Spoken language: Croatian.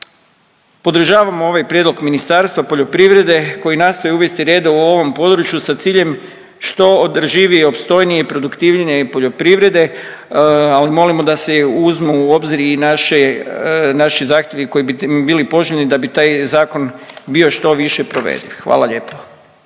Podržavamo ovaj prijedlog Ministarstva poljoprivrede koji nastoji uvesti reda u ovom području sa ciljem što održivije, opstojnije i produktivnije poljoprivrede, ali molimo da se uzmu u obzir i naše, naši zahtjevi koji bi bili poželjni da bi taj Zakon bio što više provediv. Hvala lijepo.